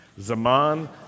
Zaman